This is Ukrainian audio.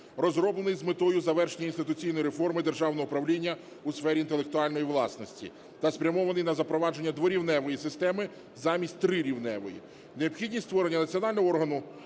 розроблений з метою завершення інституційної реформи державного управління у сфері інтелектуальної власності та спрямований на запровадження дворівневої системи замість трирівневої. Необхідність створення національного органу